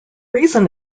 reason